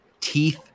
teeth